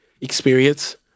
experience